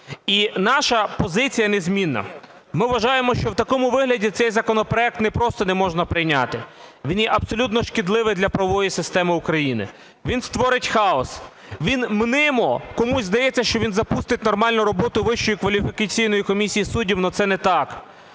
і наша позиція незмінна. Ми вважаємо, що в такому вигляді цей законопроект не просто не можна прийняти, він є абсолютно шкідливий для правової системи України. Він створить хаос, він мнимо... комусь здається, що він запустить нормальну роботу Вищої кваліфікаційної